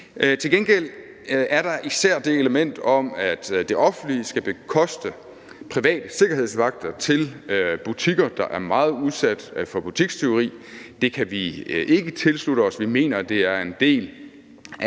Til gengæld er der især det element om, at det offentlige skal bekoste private sikkerhedsvagter til butikker, der er meget udsatte for butikstyveri. Det kan vi ikke tilslutte os. Vi mener, det er en del af